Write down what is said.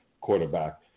quarterback